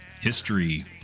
history